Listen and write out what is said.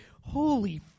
holy